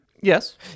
Yes